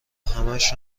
همش